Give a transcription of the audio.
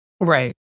Right